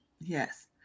Yes